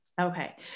Okay